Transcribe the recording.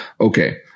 Okay